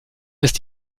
ist